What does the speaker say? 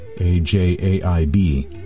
A-J-A-I-B